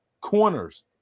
corners